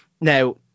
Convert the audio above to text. now